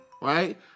right